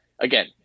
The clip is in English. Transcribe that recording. Again